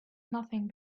nothing